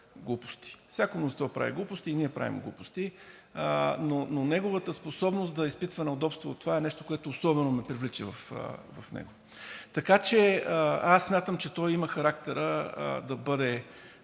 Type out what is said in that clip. Всяко мнозинство прави глупости и ние правим глупости, но неговата способност да изпитва неудобство към това е нещо, което особено ме привлича в него. Аз смятам, че той има характера да бъде